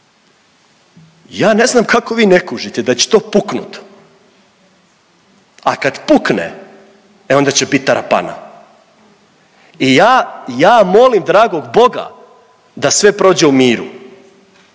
Ja ne znam kako vi ne kužite da će to puknut, a kad pukne onda će bit tarapana i ja, ja molim dragog Boga da sve prođe u miru